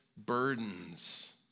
burdens